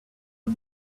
who